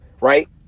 right